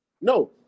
No